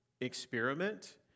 experiment